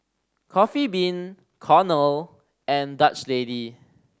Coffee Bean Cornell and Dutch Lady